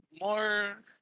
more